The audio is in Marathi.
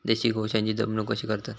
देशी गोवंशाची जपणूक कशी करतत?